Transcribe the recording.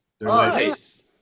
Nice